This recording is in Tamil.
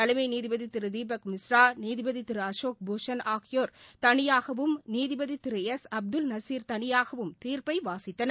தலைமை நீதிபதி திரு தீபக் மிஸ்ரா நீதிபதி அசோக் பூஷன் ஆகியோா் தனியாகவும் நீதிபதி எஸ் அப்துல் நசீர் தனியாகவும் தீர்ப்பை வாசித்தனர்